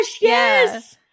yes